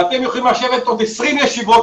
ואתם יכולים לשבת עוד 20 ישיבות,